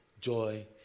joy